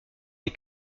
les